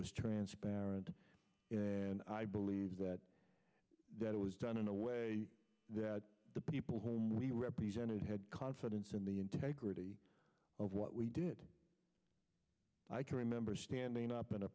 was transparent and i believe that that was done in a way that the people who we represented had confidence in the integrity of what we did i can remember standing up in a